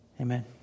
Amen